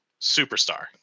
superstar